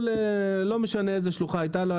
לא משנה איזו שלוחה היתה לו,